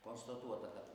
konstatuota kad